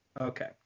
okay